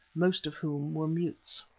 most of whom were mutes.